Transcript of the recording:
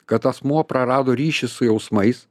kad asmuo prarado ryšį su jausmais